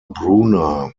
bruner